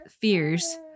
fears